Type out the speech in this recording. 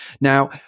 Now